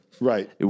Right